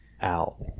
out